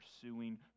pursuing